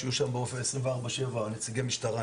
שיהיו שם באופן קבוע 24/7 נציגי משטרה,